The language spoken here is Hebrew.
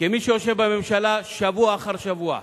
כמי שיושב בממשלה שבוע אחר שבוע,